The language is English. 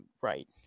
right